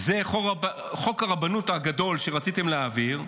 זה חוק הרבנות הגדול שרציתם להעביר,